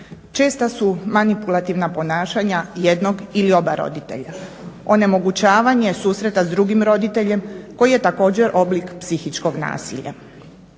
Česta su manipulativna ponašanja jednog ili oba roditelja, onemogućavanje susreta s drugim roditeljem koji je također oblik psihičkog nasilja.